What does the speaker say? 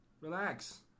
Relax